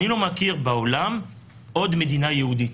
אני לא מכיר בעולם עוד מדינה יהודית,